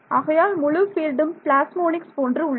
ஆகையால் முழு பீல்டும் பிளாஸ்மோனிக்ஸ் போன்று உள்ளது